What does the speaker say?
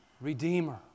Redeemer